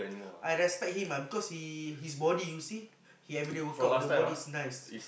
I respect him ah because he his body you see he everyday work out the body is nice